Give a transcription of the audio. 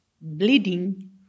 bleeding